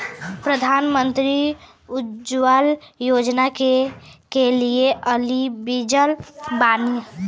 प्रधानमंत्री उज्जवला योजना के लिए एलिजिबल बानी?